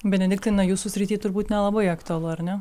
benediktinai na jūsų srity turbūt nelabai aktualu ar ne